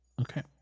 Okay